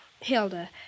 Hilda